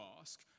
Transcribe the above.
ask